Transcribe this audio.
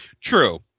True